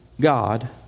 God